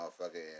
motherfucker